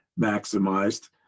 maximized